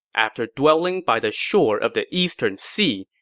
after dwelling by the shore of the eastern sea,